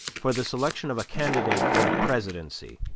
for the selection of a candidate for the presidency,